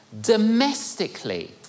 domestically